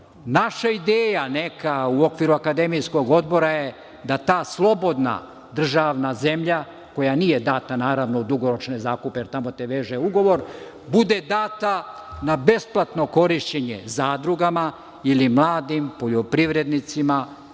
Naša ideja neka u okviru akademijskog odbora je da ta slobodna državna zemlja koja nije data u dugoročne zakupe jer tamo te veže ugovor, bude data na besplatno korišćenje zadrugama ili mladim poljoprivrednicima